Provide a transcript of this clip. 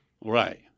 Right